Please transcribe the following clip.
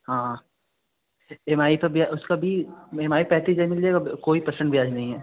हाँ E M I पर भी उसका भी ई एम आई पैंतीस हज़ार मिल जाएगा कोई पर्सेन्ट ब्याज नहीं है